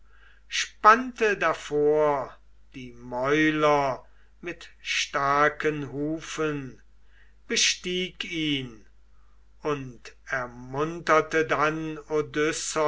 spannte davor die mäuler mit starken hufen bestieg ihn und ermunterte dann